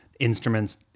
instruments